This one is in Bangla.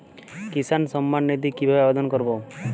কিষান সম্মাননিধি কিভাবে আবেদন করব?